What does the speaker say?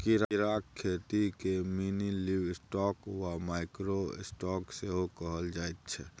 कीड़ाक खेतीकेँ मिनीलिवस्टॉक वा माइक्रो स्टॉक सेहो कहल जाइत छै